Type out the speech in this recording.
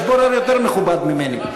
יש בורר יותר מכובד ממני.